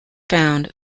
found